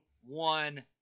one